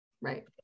Right